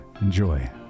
Enjoy